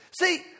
See